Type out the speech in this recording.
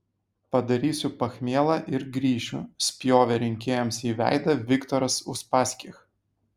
padarysiu pachmielą ir grįšiu spjovė rinkėjams į veidą viktoras uspaskich